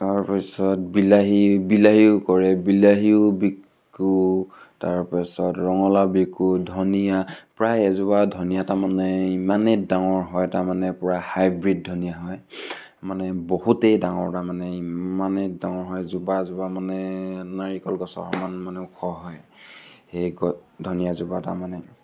তাৰপিছত বিলাহী বিলাহীও কৰে বিলাহীও বিকু তাৰপিছত ৰঙলাও বিকু ধনীয়া প্ৰায় এজোপা ধনীয়া তাৰমানে ইমানেই ডাঙৰ হয় তাৰমানে পূৰা হাইব্ৰিড ধনীয়া হয় মানে বহুতেই ডাঙৰ তাৰমানে ইমানেই ডাঙৰ হয় জোবা জোবা মানে নাৰিকল গছৰ সমান মানে ওখ হয় সেই ধনীয়াজোপা তাৰমানে